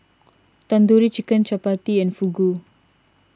Tandoori Chicken Chapati and Fugu